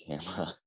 camera